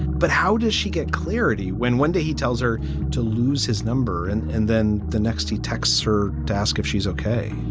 but how does she get clarity when one day he tells her to lose his number and and then the next he texts her to ask if she's ok?